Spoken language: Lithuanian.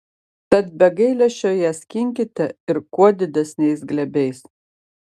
tad be gailesčio ją skinkite ir kuo didesniais glėbiais